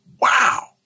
wow